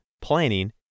planning